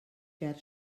ger